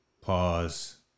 pause